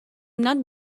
not